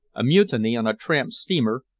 a mutiny on a tramp steamer,